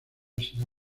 será